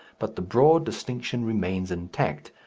but the broad distinction remains intact,